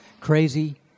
crazy